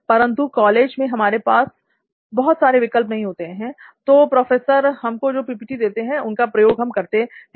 परंतु कॉलेज में हमारे पास बहुत सारे विकल्प नहीं होते हैं तो प्रोफेसर हमको जो पीपीटी देते हैं उनका प्रयोग हम करते हैं